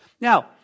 Now